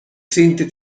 sente